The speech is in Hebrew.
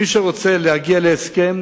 מי שרוצה להגיע להסכם